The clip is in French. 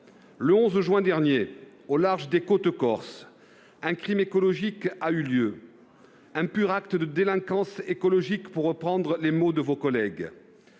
Le 11 juin dernier, au large des côtes corses, un crime écologique a eu lieu. Il s'agit d'un pur acte de délinquance écologique, pour reprendre les mots de vos collègues.